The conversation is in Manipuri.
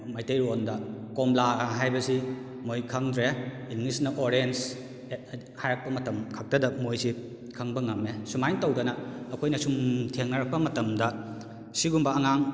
ꯃꯩꯇꯩ ꯂꯣꯟꯗ ꯀꯣꯝꯂꯥꯒ ꯍꯥꯏꯕꯁꯤ ꯃꯣꯏ ꯈꯪꯗ꯭ꯔꯦ ꯏꯪꯂꯤꯁꯅ ꯑꯣꯔꯦꯟꯖ ꯍꯥꯏꯔꯛꯄ ꯃꯇꯝ ꯈꯛꯇꯗ ꯃꯣꯏꯁꯤ ꯈꯪꯕ ꯉꯝꯃꯦ ꯁꯨꯃꯥꯏꯅ ꯇꯧꯗꯅ ꯑꯩꯈꯣꯏꯅ ꯁꯨꯝ ꯊꯦꯡꯅꯔꯛꯄ ꯃꯇꯝꯗ ꯁꯤꯒꯨꯝꯕ ꯑꯉꯥꯡ